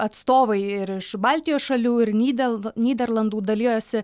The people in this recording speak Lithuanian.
atstovai ir iš baltijos šalių ir nyderlandų nyderlandų dalijosi